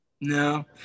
No